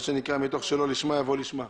מה שנקרא - מתוך שלא לשמה יבוא לשמה.